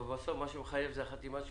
אבל בסוף מה שמחייב זה החתימה שלו,